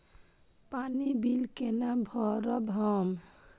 पानी बील केना भरब हम?